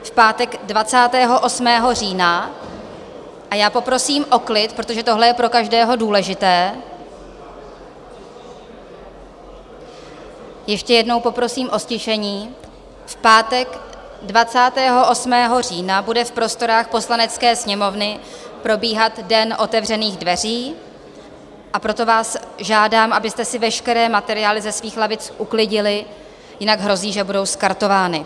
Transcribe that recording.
V pátek 28. října a já poprosím o klid, protože tohle je pro každého důležité, ještě jednou poprosím o ztišení v pátek 28. října bude v prostorách Poslanecké sněmovny probíhat Den otevřených dveří, a proto vás žádám, abyste si veškeré materiály ze svých lavic uklidili, jinak hrozí, že budou skartovány.